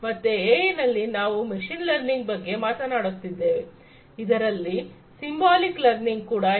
ಮತ್ತೆ ಎಐ ನಲ್ಲಿ ನಾವು ಮೆಷಿನ್ ಲರ್ನಿಂಗ್ ಬಗ್ಗೆ ಮಾತನಾಡಿದ್ದೇವೆ ಇದರಲ್ಲಿ ಸಿಂಬಾಲಿಕ್ ಲರ್ನಿಂಗ್ ಕೂಡ ಇದೆ